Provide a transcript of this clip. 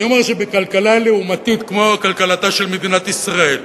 אני אומר שבכלכלה לעומתית כמו כלכלתה של מדינת ישראל,